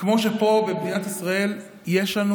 כמו שפה במדינת ישראל יש לנו